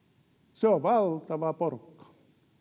se on valtava porukka